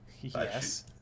Yes